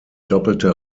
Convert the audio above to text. doppelte